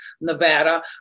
Nevada